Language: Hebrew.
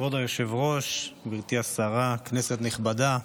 כבוד היושב-ראש, גברתי השרה, כנסת נכבדה,